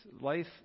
life